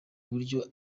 buryo